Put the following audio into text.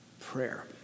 prayer